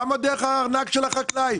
למה דרך הארנק של החקלאי?